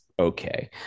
Okay